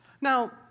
Now